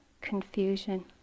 confusion